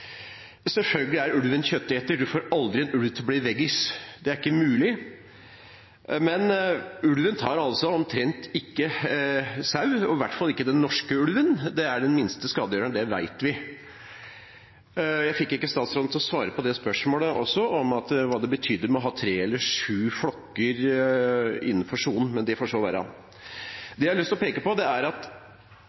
Selvfølgelig er ulven kjøtteter, man får aldri en ulv til å bli veggis, det er ikke mulig. Men ulven tar omtrent ikke sau, i hvert fall ikke den norske ulven. Det er ulven som gjør minst skade, det vet vi. Jeg fikk ikke statsråden til å svare på spørsmålet om hva det betydde å ha tre eller sju flokker innenfor sonen – men det får så være. Det jeg har lyst til å peke på, er at